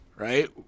Right